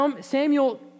Samuel